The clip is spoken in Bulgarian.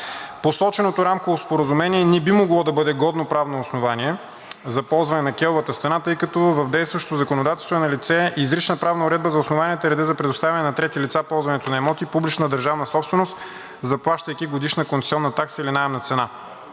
Посоченото рамково споразумение не би могло да бъде годно с правно основание за ползване на кейовата стена, тъй като в действащото законодателство е налице изрична правна уредба за основанията и реда за предоставяне на трети лица за ползването на имоти – публична държавна собственост, заплащайки годишна концесионна такса или наемна цена.